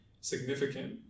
significant